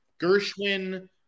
Gershwin